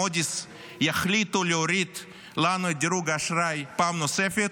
מוד'יס יחליטו להוריד לנו את דירוג האשראי פעם נוספת,